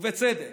ובצדק,